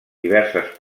diverses